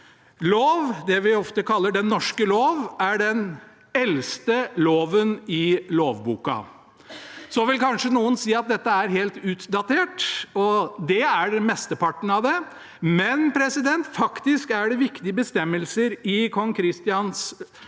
Lov, det vi ofte kaller Den Norske Lov, er den eldste loven i lovboka. Noen vil kanskje si at dette er helt utdatert, og det er mesteparten av det, men det er faktisk viktige bestemmelser i kong Christians